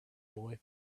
boy